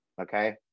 okay